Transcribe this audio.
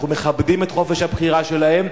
אנחנו מכבדים את חופש הבחירה של האם,